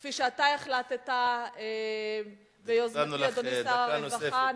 כפי שאתה החלטת ביוזמתי, אדוני שר הרווחה.